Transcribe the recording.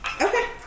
Okay